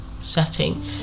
setting